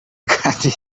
kandi